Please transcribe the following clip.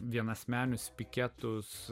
vienasmenis piketus